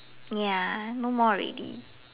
ya no more already